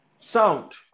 Sound